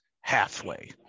halfway